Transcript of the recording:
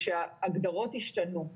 כשההגדרות השתנו.